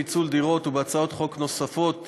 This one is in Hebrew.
פיצול דירות), בהצעת חוק בעניין תקופת